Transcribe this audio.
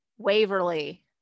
Waverly